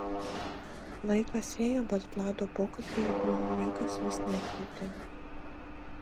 laikas ėjo bet vlado pokalbiui į vilnių niekas vis nekvietė